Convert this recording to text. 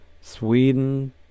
Sweden